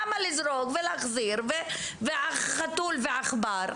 למה לזרוק ולהחזיר וחתול ועכבר?